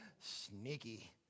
Sneaky